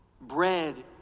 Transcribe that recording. bread